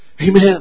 Amen